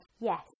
yes